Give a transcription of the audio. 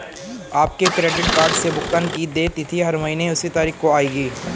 आपके credit card से भुगतान की देय तिथि हर महीने उसी तारीख को आएगी